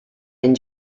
and